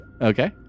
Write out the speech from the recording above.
Okay